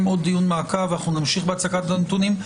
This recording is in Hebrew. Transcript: עוד דיון מעקב ונמשיך בהצגת הנתונים.